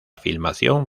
filmación